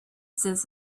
since